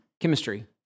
chemistry